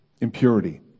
impurity